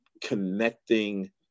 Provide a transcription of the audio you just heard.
connecting